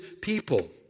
people